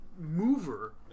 mover